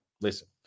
Listen